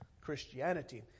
Christianity